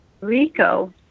Rico